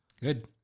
Good